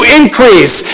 increase